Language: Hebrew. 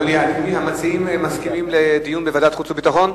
המציעים מסכימים לדיון בוועדת חוץ וביטחון?